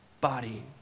body